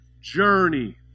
journey